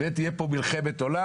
ואם תהיה פה מלחמת עולם,